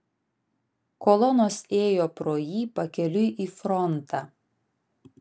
kolonos ėjo pro jį pakeliui į frontą